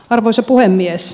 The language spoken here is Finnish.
arvoisa puhemies